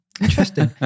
Interesting